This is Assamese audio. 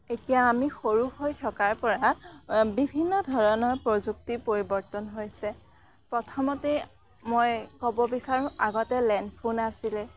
এতিয়া আমি সৰু হৈ থকাৰ পৰা বিভিন্ন ধৰণৰ প্ৰযুক্তিৰ পৰিৱৰ্তন হৈছে প্ৰথমতে মই ক'ব বিচাৰোঁ আগতে লেণ্ডফোন আছিলে